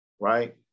right